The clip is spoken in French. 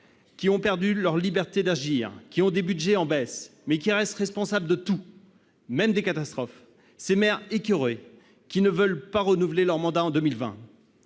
qui ont perdu leur liberté d'agir et dont les budgets sont en baisse, mais qui restent responsables de tout, y compris des catastrophes, ces maires écoeurés qui ne veulent pas renouveler leur mandat en 2020.